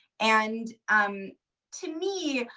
and um to me,